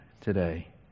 today